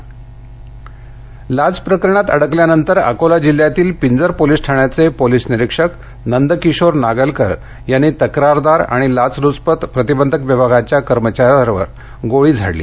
ACB फायर लाच प्रकरणात अडकल्यानंतर अकोला जिल्ह्यातील पिंजर पोलिस ठाण्याचे पोलिस निरीक्षक नंदकिशोर नागलकर यांनी तक्रारदार आणि लाचलुचपत प्रतिबंधक विभागाच्या कर्मचाऱ्यावर गोळी झाडली